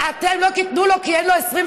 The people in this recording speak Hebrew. אתם לא תיתנו לו כי אין לו 25%?